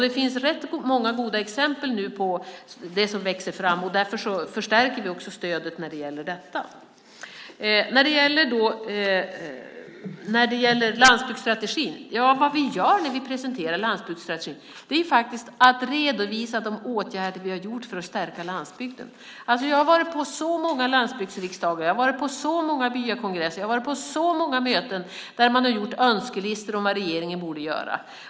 Det finns också rätt många goda exempel på det som växer fram nu, och därför förstärker vi också stödet när det gäller detta. Det vi gör när vi presenterar landsbygdsstrategin är att vi redovisar de åtgärder vi har gjort för att stärka landsbygden. Jag har varit på så många landsbygdsriksdagar, byakongresser och möten där man har gjort önskelistor om vad regeringen borde göra.